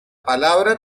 palabra